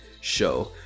show